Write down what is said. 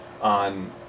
on